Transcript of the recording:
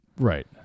Right